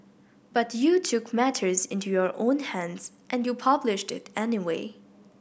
but you took matters into your own hands and you published it anyway